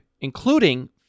including